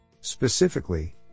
Specifically